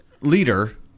leader